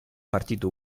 partito